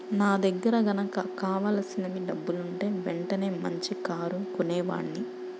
నా దగ్గర గనక కావలసినన్ని డబ్బులుంటే వెంటనే మంచి కారు కొనేవాడ్ని